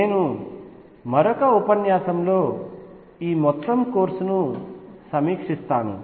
నేను మరొక ఉపన్యాసంలో ఈ మొత్తం కోర్సును సమీక్షిస్తాను